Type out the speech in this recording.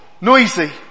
noisy